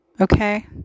Okay